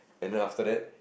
and then after that